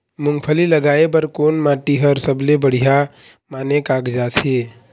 मूंगफली लगाय बर कोन माटी हर सबले बढ़िया माने कागजात हे?